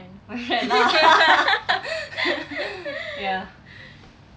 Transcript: my friend lah ya